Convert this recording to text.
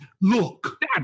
Look